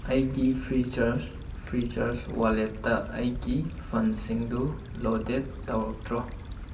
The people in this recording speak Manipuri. ꯑꯩꯒꯤ ꯐ꯭ꯔꯤꯆꯥꯔꯖ ꯐ꯭ꯔꯤꯆꯥꯔꯖ ꯋꯥꯂꯦꯠꯇ ꯑꯩꯒꯤ ꯐꯟꯁꯤꯡꯗꯨ ꯂꯣꯗꯦꯠ ꯇꯧꯔꯛꯇ꯭ꯔꯣ